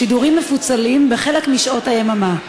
שידורים מפוצלים בחלק משעות היממה.